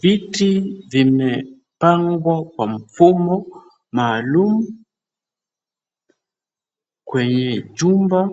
Viti vimepangwa kwa mfumo maalum, kwenye jumba